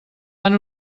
van